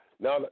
Now